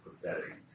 prophetic